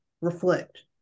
reflect